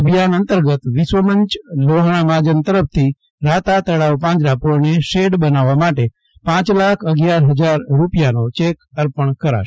અભિયાન અંતર્ગત વિશ્વમંચ લોહાણા મહાજન તરફથી રાતાતળાવ પાંજરાપોળને શેડ બનાવવા પાંચ લાખ અગિયાર ફજાર રૂપિયાનો ચેક અર્પણ કરાશે